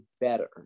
better